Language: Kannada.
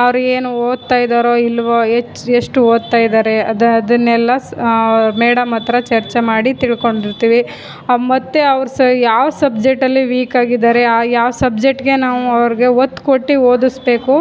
ಅವ್ರೇನು ಓದ್ತಾ ಇದ್ದಾರೋ ಇಲ್ವೋ ಹೆಚ್ಚು ಎಷ್ಟು ಓದ್ತಾ ಇದ್ದಾರೆ ಅದು ಅದನ್ನೆಲ್ಲ ಸ್ ಮೇಡಂ ಹತ್ರ ಚರ್ಚೆ ಮಾಡಿ ತಿಳ್ಕೊಂಡಿರ್ತೀವಿ ಮತ್ತು ಅವ್ರು ಸಹ ಯಾವ ಸಬ್ಜೆಕ್ಟ್ ಅಲ್ಲಿ ವೀಕಾಗಿದಾರೆ ಯಾವ ಸಬ್ಜೆಕ್ಟಿಗೆ ನಾವು ಅವ್ರಿಗೆ ಒತ್ತು ಕೊಟ್ಟು ಓದಿಸ್ಬೇಕು